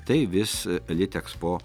tai vis litekspo